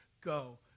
go